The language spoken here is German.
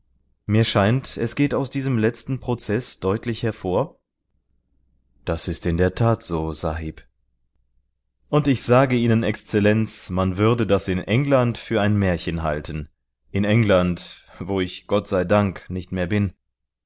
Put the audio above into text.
mir scheint es geht aus diesem letzten prozeß deutlich hervor das ist in der tat so sahib und ich sage ihnen exzellenz man würde das in england für ein märchen halten in england wo ich gott sei dank nicht mehr bin